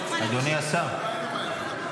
אדוני השר,